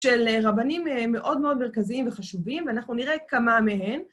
של רבנים מאוד מאוד מרכזיים וחשובים, ואנחנו נראה כמה מהם.